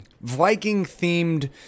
Viking-themed